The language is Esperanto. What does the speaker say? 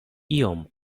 iom